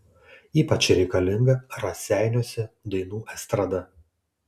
ypač reikalinga raseiniuose dainų estrada